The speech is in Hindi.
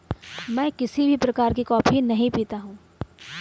मैं किसी भी प्रकार की कॉफी नहीं पीता हूँ